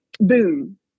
boom